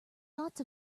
dots